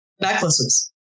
necklaces